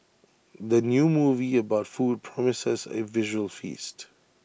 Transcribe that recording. the new movie about food promises A visual feast